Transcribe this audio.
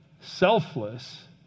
selfless